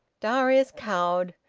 darius, cowed,